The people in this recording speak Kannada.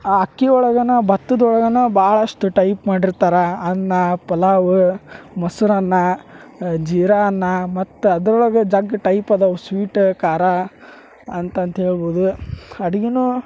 ಆ ಅಕ್ಕಿ ಒಳಗನ ಬತ್ತದ ಒಳಗನ ಭಾಳಷ್ಟ್ ಟೈಪ್ ಮಾಡಿರ್ತಾರೆ ಅನ್ನ ಪಲಾವು ಮೊಸ್ರನ್ನ ಜೀರಾ ಅನ್ನ ಮತ್ತೆ ಅದ್ರೊಳಗ ಜಗ್ ಟೈಪ್ ಅದಾವು ಸ್ವೀಟ ಖಾರಾ ಅಂತಂತ ಹೇಳ್ಬೋದು ಅಡಿಗೆನೂ